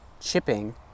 chipping